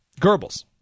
Goebbels